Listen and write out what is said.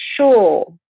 sure